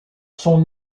son